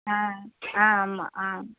ஆ ஆ ஆமாம் ஆ